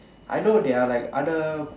I know there are like other